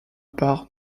part